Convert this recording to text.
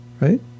Right